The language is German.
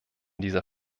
dieser